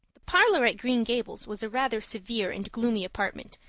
the parlor at green gables was a rather severe and gloomy apartment,